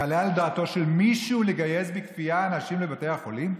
יעלה על דעתו של מישהו לגייס בכפייה אנשים לבתי החולים?